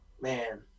man